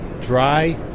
Dry